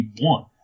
one